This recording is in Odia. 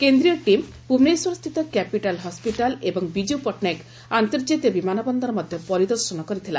କେନ୍ଦୀୟ ଟିମ୍ ଭୁବନେଶ୍ୱରସ୍ତିତ କ୍ୟାପିଟାଲ୍ ହସିଟାଲ୍ ଏବଂ ବିକୁ ପଟ୍ଟନାୟକ ଅନ୍ତର୍କାତୀୟ ବିମାନ ବନ୍ଦର ମଧ ପରିଦର୍ଶନ କରିଥିଲା